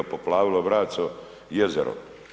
Poplavilo braco jezero.